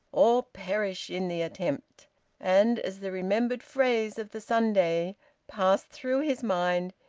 or perish in the attempt and as the remembered phrase of the sunday passed through his mind,